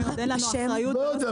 אין לנו אחריו -- לא יודע,